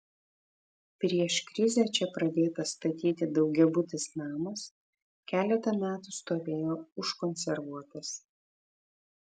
prieš krizę čia pradėtas statyti daugiabutis namas keletą metų stovėjo užkonservuotas